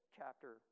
chapter